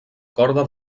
corda